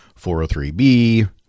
403b